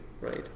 right